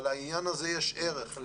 לעניין הזה יש ערך.